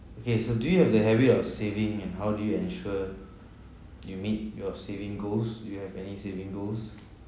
okay so do you have the habit of saving and how do you ensure you meet your saving goals do you have any saving goals